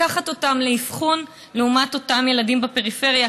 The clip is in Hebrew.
לקחת אותם לאבחון, לעומת אותם ילדים בפריפריה.